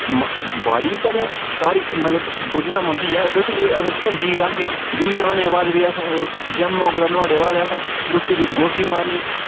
मा बाड़ी पैह्लें कारी मतलब गुड्ढना पौंदी ऐ अगर जि'यां बीऽ राह्गे बीऽ राह्ने दे बाद असें ओह् जंमोग ते नुहाड़े बाद असें उसी बी गौड्डी मारनी इक